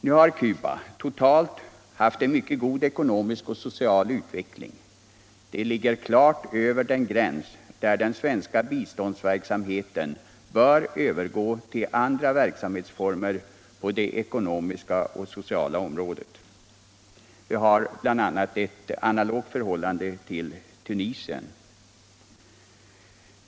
Nu har Cuba totalt haft en god social och ekonomisk utveckling. Landet ligger klart över den gräns där den svenska biståndsverksamheten bör övergå tull andra verksamhetsformer på det ekonomiska och sociala området. Vi har här ett analogt förhållande till Tunisien.